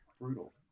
brutal